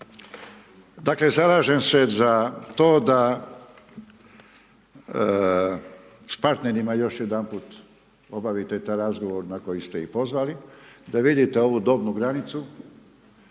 Dakle, zalažem se za to da s partnerima još jedanput obavite taj razgovor na koji ste ih pozvali, da vidite ovu dobnu granicu